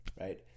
Right